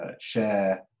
share